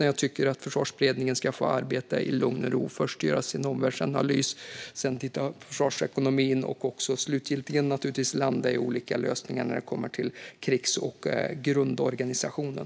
Jag tycker att Försvarsberedningen ska få arbeta i lugn och ro och först göra sin omvärldsanalys och sedan titta på försvarsekonomin och slutligen landa i olika lösningar när det kommer till krigs och grundorganisationen.